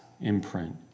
imprint